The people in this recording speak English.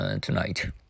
tonight